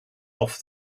off